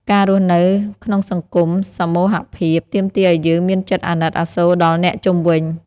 ការរស់នៅក្នុងសង្គមសមូហភាព ទាមទារឱ្យយើងមានចិត្តអាណិតអាសូរដល់អ្នកជុំវិញ។